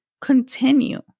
continue